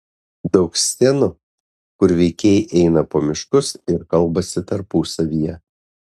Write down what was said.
daug scenų kur veikėjai eina po miškus ir kalbasi tarpusavyje